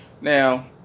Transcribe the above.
now